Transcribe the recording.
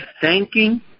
thanking